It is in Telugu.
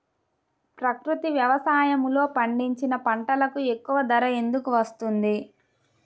ప్రకృతి వ్యవసాయములో పండించిన పంటలకు ఎక్కువ ధర ఎందుకు వస్తుంది?